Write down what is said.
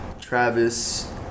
Travis